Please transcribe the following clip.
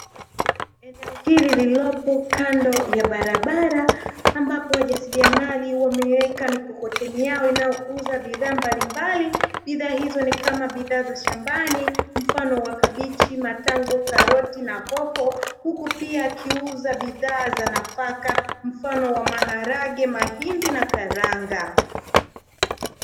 Eneo hili lililoko kando ya barabara ambapo wajasiriamali wameweka mikokoteni yao inayouza bidhaa mbalimbali. Bidhaa hizo ni kama bidhaa za shambani mfano wa kabichi, matango, karoti na hoho; huku pia akiuza bidhaa za nafaka mfano wa maharage, mahindi na karanga.